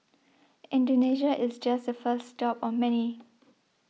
Indonesia is just the first stop of many